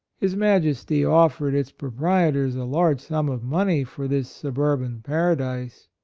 his majesty offered its proprietors a large sum of money for this sub urban paradise.